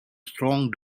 strong